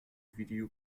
video